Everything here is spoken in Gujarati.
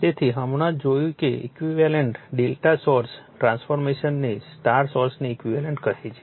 તેથી હમણાં જ જોયું છે કે ઈક્વિવેલેન્ટ Δ સોર્સ ટ્રાન્સફોર્મેશન ને સ્ટાર સોર્સની ઈક્વિવેલેન્ટ કહે છે